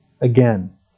again